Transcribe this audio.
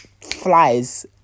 flies